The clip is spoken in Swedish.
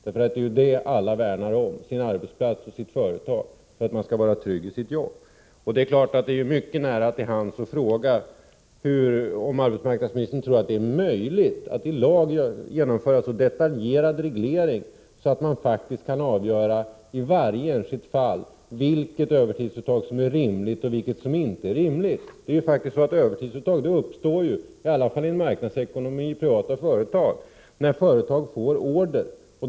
Det är ju detta som alla värnar om — sin arbetsplats och sitt företag — för att man skall vara trygg i sitt jobb. Det ligger mycket nära till hands att fråga om arbetsmarknadsministern tror att det är möjligt att i lag genomföra en så detaljerad reglering att man faktiskt i varje enskilt fall kan avgöra vilket övertidsuttag som är rimligt och vilket som inte är rimligt. Övertidsuttag uppstår ju — i alla fall i en marknadsekonomi i privata företag — när företag får order.